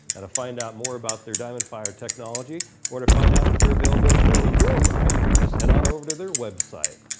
and find out more their diamond fire technology or to find out if they're available for your ride, just head on over to their website.